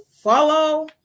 Follow